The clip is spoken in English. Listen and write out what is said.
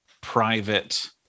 private